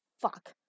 fuck